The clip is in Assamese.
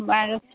বাৰু